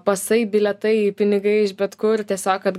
pasai bilietai pinigai iš bet kur tiesiog kad